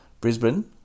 Brisbane